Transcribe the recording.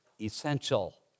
essential